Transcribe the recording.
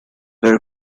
were